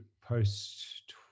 post